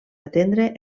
atendre